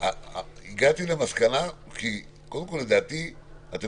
הגעתי למסקנה כי קודם כול לדעתי אתם